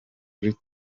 kuri